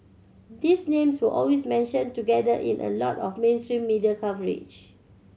these names were always mentioned together in a lot of mainstream media coverage